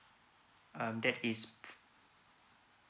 um that is